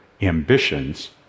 ambitions